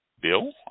Bill